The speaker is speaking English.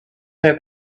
said